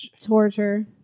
torture